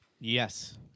Yes